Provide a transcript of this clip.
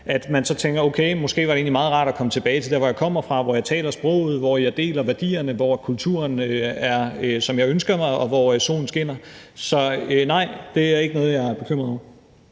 at man så tænkte: Okay, måske var det egentlig meget rart at komme tilbage til der, hvor jeg kommer fra, hvor jeg taler sproget, hvor jeg deler værdierne, hvor kulturen er, som jeg ønsker mig, og hvor solen skinner. Så nej, det er ikke noget, jeg er bekymret over.